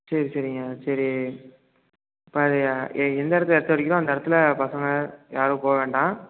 சரி சரிங்க சரி இப்போ அது ய ஏ எந்த இடத்துல எர்த் அடிக்குதோ அந்த இடத்துல பசங்கள் யாரும் போக வேண்டாம்